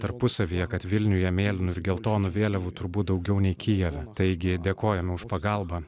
tarpusavyje kad vilniuje mėlynų ir geltonų vėliavų turbūt daugiau nei kijeve taigi dėkojame už pagalbą